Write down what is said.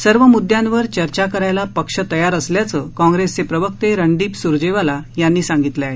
सर्व मुद्यांवर चर्चा करायला पक्ष तयार असल्याचं कांग्रेसचे प्रवक्ते रणदीप स्रजेवाला यांनी सांगितलं आहे